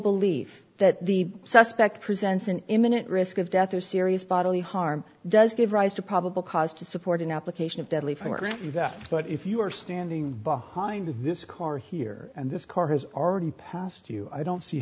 belief that the suspect presents an imminent risk of death or serious bodily harm does give rise to probable cause to support an application of deadly force event but if you are standing behind this car here and this car has already passed you i don't see